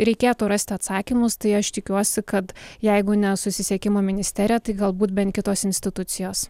reikėtų rasti atsakymus tai aš tikiuosi kad jeigu ne susisiekimo ministerija tai galbūt bent kitos institucijos